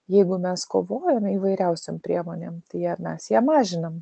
jeigu mes kovojame įvairiausiom priemonėm tai mes ją mažinam